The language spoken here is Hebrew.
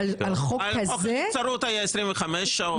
על חוק הנבצרות היה 25 שעות.